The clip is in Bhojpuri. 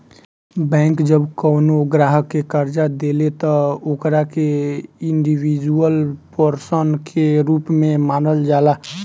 बैंक जब कवनो ग्राहक के कर्जा देले त ओकरा के इंडिविजुअल पर्सन के रूप में मानल जाला